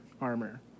armor